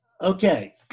Okay